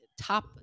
top